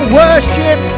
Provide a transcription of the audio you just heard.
worship